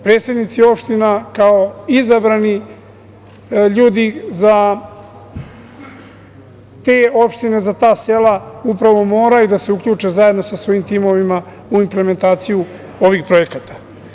Predsednici opština kao izabrani ljudi za te opštine, za ta sela upravo moraju da se uključe zajedno sa svojim timovima u implementaciju ovih projekata.